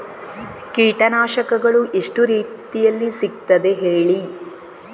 ಕೀಟನಾಶಕಗಳು ಎಷ್ಟು ರೀತಿಯಲ್ಲಿ ಸಿಗ್ತದ ಹೇಳಿ